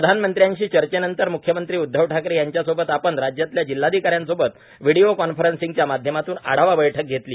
प्रधानमंत्र्यांशी चर्चेनंतर म्ख्यमंत्री उद्धव ठाकरे यांच्यासोबत आपण राज्यातल्या जिल्ह्याधिकाऱ्यांसोबत व्हिडिओ कॉन्फरंसिंगच्या माध्यमातून आढावा बैठक घेतली